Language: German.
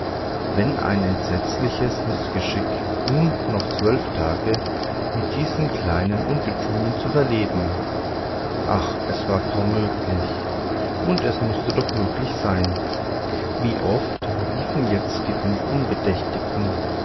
welch ein entsetzliches mißgeschick nun noch zwölf tage mit diesen kleinen ungetümen zu verleben ach es war kaum möglich und es mußte doch möglich sein wie oft riefen jetzt die fünf